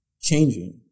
changing